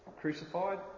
crucified